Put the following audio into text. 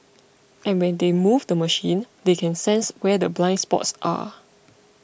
and when they move the machine they can sense where the blind spots are